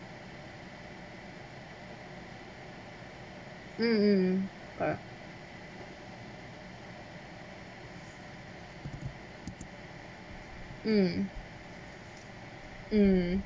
mm mm mm mm mm